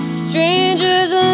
strangers